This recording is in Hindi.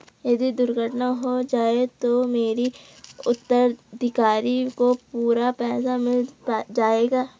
यदि दुर्घटना हो जाये तो मेरे उत्तराधिकारी को पूरा पैसा मिल जाएगा?